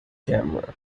camera